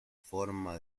forma